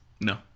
no